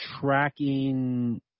tracking